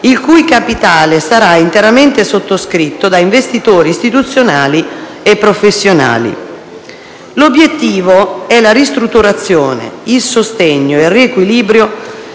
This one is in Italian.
il cui capitale sarà interamente sottoscritto da investitori istituzionali e professionali. L'obiettivo è la ristrutturazione, il sostegno e il riequilibrio